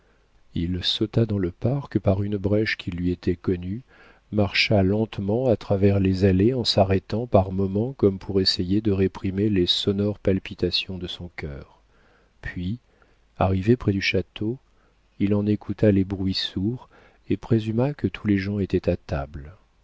il sauta dans le parc par une brèche qui lui était connue marcha lentement à travers les allées en s'arrêtant par moments comme pour essayer de réprimer les sonores palpitations de son cœur puis arrivé près du château il en écouta les bruits sourds et présuma que tous les gens étaient à table